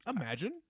imagine